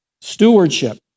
Stewardship